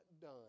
done